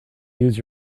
use